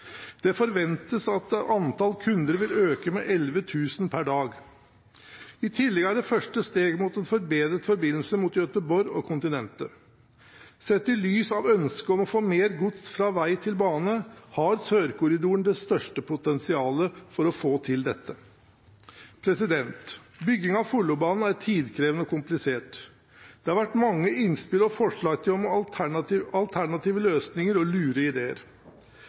Det forventes at antall kunder vil øke med 11 000 per dag. I tillegg er det første steg mot en forbedret forbindelse mot Gøteborg og kontinentet. Sett i lys av ønsket om å få mer gods fra vei til bane har Sørkorridoren det største potensialet for å få til dette. Bygging av Follobanen er tidkrevende og komplisert. Det har vært mange innspill og forslag til alternative løsninger og lure ideer.